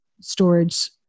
storage